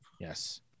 Yes